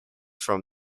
from